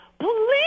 Please